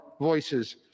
voices